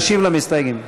למסתייגים.